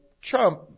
Trump